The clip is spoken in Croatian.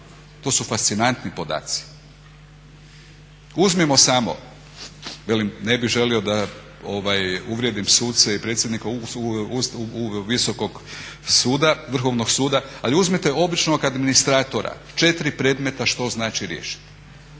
To su fascinantni podaci. Uzmimo samo, velim ne bih želio da uvrijedim suce i predsjednika Vrhovnog suda ali uzmite običnog administratora 4 predmeta što znači riješiti,